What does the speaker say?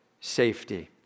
safety